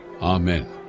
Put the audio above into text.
Amen